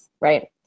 right